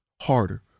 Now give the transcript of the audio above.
harder